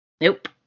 Nope